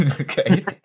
okay